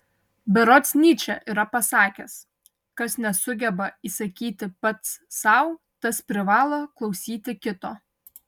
berods nyčė yra pasakęs kas nesugeba įsakyti pats sau tas privalo klausyti kito